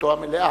דעתו המלאה.